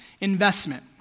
investment